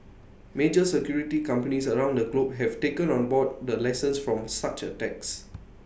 major security companies around the globe have taken on board the lessons from such attacks